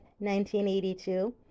1982